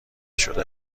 شده